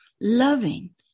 loving